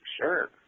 sure